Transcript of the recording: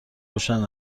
روشن